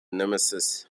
nemesis